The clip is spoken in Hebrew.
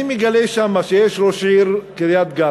אני מגלה שם שיש ראש העיר קריית-גת,